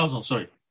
sorry